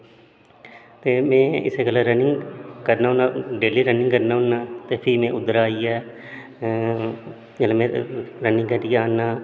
ते में इस्सै गल्ला रनिंग करना होन्नां डेली रनिंग करना होन्नां ते फ्ही में उद्धरा आइयै जेल्लै में रनिंग करियै आन्नां